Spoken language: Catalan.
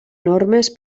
normes